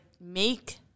make